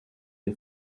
the